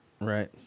Right